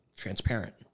transparent